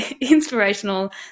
inspirational